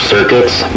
Circuits